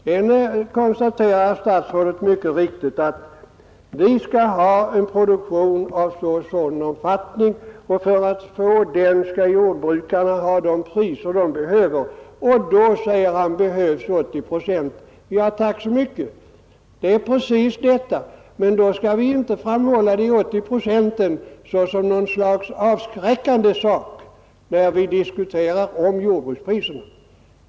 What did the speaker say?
Sedan konstaterar herr statsrådet mycket riktigt att vi skall ha en produktion av den och den omfattningen och för att få den skall jordbrukarna ha de priser som behövs. Och då, säger statsrådet, behövs 80 procent. Ja, tack så mycket! Det är helt riktigt. Men då skall man inte framhålla de 80 procenten såsom något avskräckande när man diskuterar jordbrukspriserna.